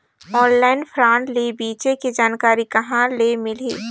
Online fraud ले बचे के जानकारी कहां ले मिलही?